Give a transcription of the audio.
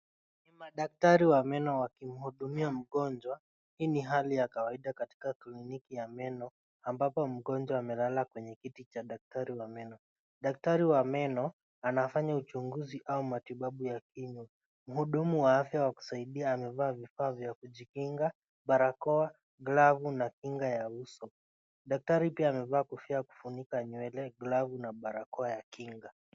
Ni madakari wa meno wakimhudumia mgonjwa. Hii ni hali ya kawaida katika kliniki ya meno ambapo mgonjwa amelala kwenye kiti cha daktari wa meno. Daktari wa meno anafanya uchunguzi au matibabu ya kinywa. Mhudumu wa afya wa kusaidia amevaa vifaa vya kujikinga, barakoa glavu na kinga ya uso. Daktari pia amevaa kofia ya kufunika nywele, glavu na barakoa ya kinga.